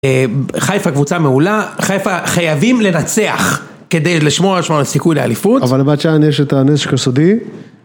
חיפה קבוצה מעולה חיפה חייבים לנצח כדי לשמור לעצמם על סיכוי לאליפות אבל לבית-שאן יש את הנשק הסודי